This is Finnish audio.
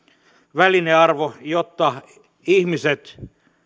välinearvo jotta ihmiset